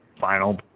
final